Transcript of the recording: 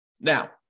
Now